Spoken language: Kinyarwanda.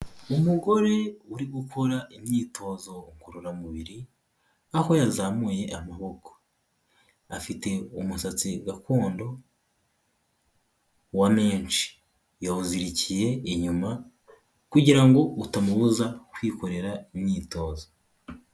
Umugore uri gukora imyitozo ngororamubiri, aho yazamuye amaboko. Afite umusatsi gakondo wa menshi yawuzirikiye inyuma, kugira ngo utamubuza kwikorera imyitozo.